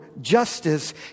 justice